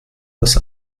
das